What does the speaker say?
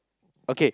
okay